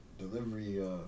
Delivery